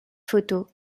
photos